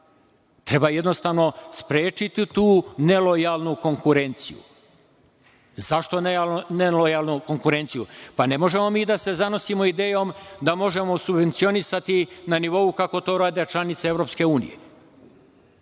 Treba jednostavno sprečiti tu nelojalnu konkurenciju. Zašto nelojalnu konkurenciju? Ne možemo mi da se zanosimo idejom da možemo subvencionisati na nivou kako to rade članice EU. Daleko je